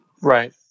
Right